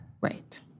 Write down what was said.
Right